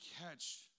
catch